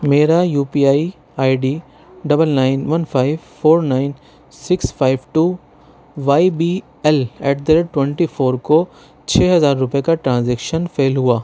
میرا U P I I D double nine one five four nine six five two Y B L at the rate twenty four کو چھ ہزار روپے کا transaction fail ہُوا